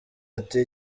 ati